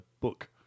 book